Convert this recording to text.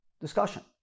discussion